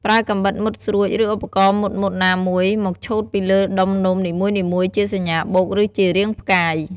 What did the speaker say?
ប្រើកាំបិតមុតស្រួច ឬឧបករណ៍មុតៗណាមួយ មកឆូតពីលើដុំនំនីមួយៗជាសញ្ញាបូក ឬជារាងផ្កាយ។